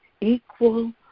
equal